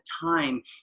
time